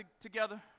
together